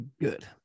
Good